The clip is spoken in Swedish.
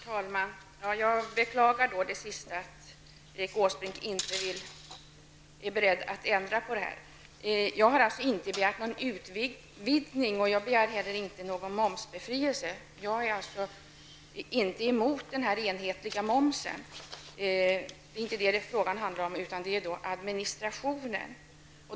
Herr talman! Jag beklagar det sista Erik Åsbrink sade, att han inte är beredd att ändra på förfaringssättet. Jag har alltså inte begärt någon utvidgning, och jag har inte heller begärt någon momsbefrielse. Jag är inte emot den enhetliga momsen. Det är inte det frågan handlar om, utan det handlar om administrationen.